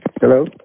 Hello